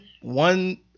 one